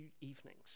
evenings